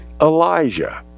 Elijah